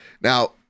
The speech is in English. now